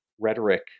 rhetoric